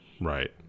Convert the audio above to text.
Right